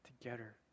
together